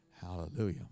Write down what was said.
Hallelujah